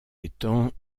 étant